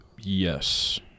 Yes